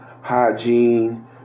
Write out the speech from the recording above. hygiene